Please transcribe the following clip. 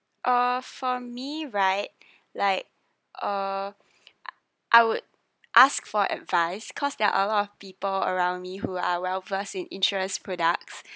uh for me right like uh I would ask for advice cause there are a lot of people around me who are well versed in insurance products